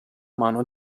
mano